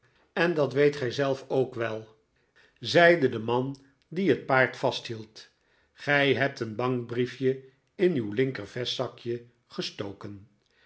en dat weet gy zelf ook wel zeide de man die het paard hield gij hebt een bankbriefje in uw linkervestzakje gestoken